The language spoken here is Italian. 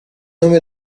nome